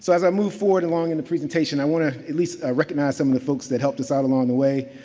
so as i move forward along in the presentation, i want to at least recognize some of the folks that helped us out along the way.